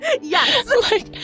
yes